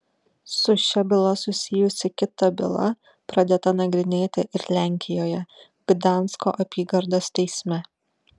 su šia byla susijusi kita byla pradėta nagrinėti ir lenkijoje gdansko apygardos teisme